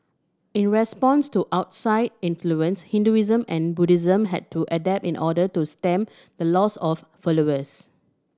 in response to outside influence Hinduism and Buddhism had to adapt in order to stem the loss of followers